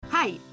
Hi